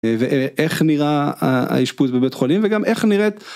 ואיך נראה האשפוז בבית החולים וגם איך נראית.